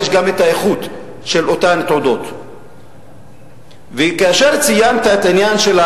13, אין מתנגדים ואין נמנעים.